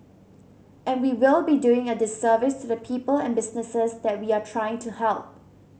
and we will be doing a disservice to the people and businesses that we are trying to help